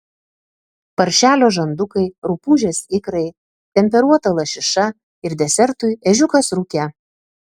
paršelio žandukai rupūžės ikrai temperuota lašiša ir desertui ežiukas rūke